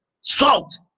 salt